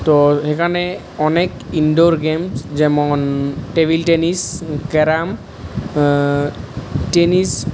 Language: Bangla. তো এখানে অনেক ইনডোর গেমস যেমন টেবিল টেনিস ক্যারাম টেনিস